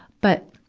but,